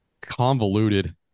Convoluted